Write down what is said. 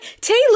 Taylor